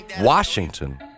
Washington